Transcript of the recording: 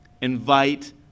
Invite